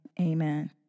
Amen